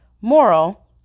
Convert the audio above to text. moral